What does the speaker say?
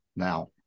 Now